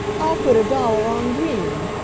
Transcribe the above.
i'll put a dollar on green,